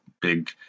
big